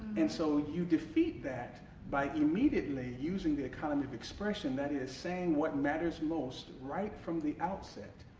and so you defeat that by immediately using the economy of expression that is saying what matters most right from the outset.